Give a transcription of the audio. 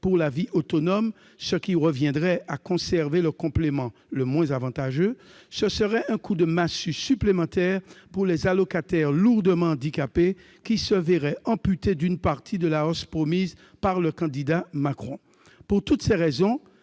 pour la vie autonome, ce qui reviendrait à conserver le complément le moins avantageux, ce serait un coup de massue supplémentaire pour les allocataires lourdement handicapés, qui perdraient une partie de la hausse promise par le candidat Macron ! Pour toutes ces raisons,